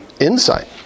insight